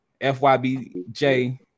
FYBJ